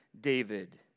David